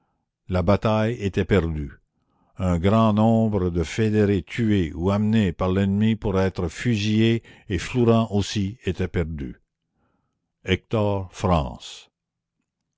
la bataille était perdue un grand nombre de fédérés tués ou emmenés par l'ennemi pour être fusillés et flourens aussi était perdu hector